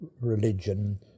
religion